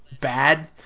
bad